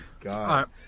God